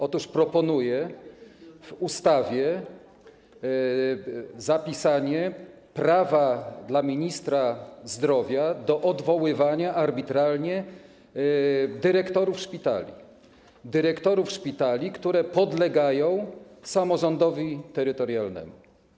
Otóż proponuje w ustawie zapisanie dla ministra zdrowia prawa do odwoływania, arbitralnie, dyrektorów szpitali - dyrektorów szpitali, które podlegają samorządowi terytorialnemu.